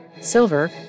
Silver